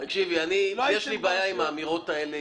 יש לי בעיה עם האמירות האלה,